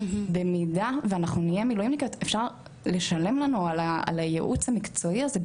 במידה ואנחנו נהיה מילואמניקיות אפשר לשלם לנו על הייעוץ המקצועי הזה,